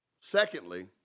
Secondly